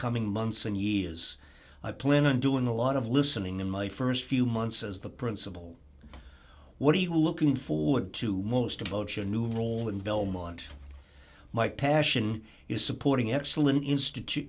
coming months and years i plan on doing a lot of listening in my st few months as the principal what are you looking forward to most approach a new role and belmont my passion is supporting excellent institute